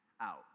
out